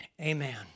Amen